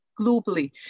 globally